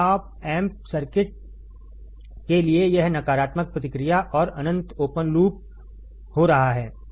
आप amp circuit के लिए यह नकारात्मक प्रतिक्रिया और अनंत ओपन लूप हो रहा है